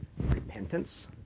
repentance